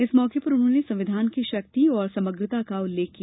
इस मौके पर उन्होंने संविधान की शक्ति और समग्रता का उल्लेख किया